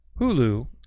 Hulu